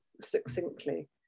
succinctly